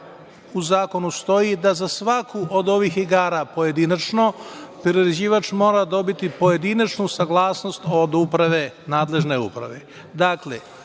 u zakonu stoji da za svaku od ovih igara pojedinačno priređivač mora dobiti pojedinačnu saglasnost od nadležne uprave. Dakle,